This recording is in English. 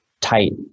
tight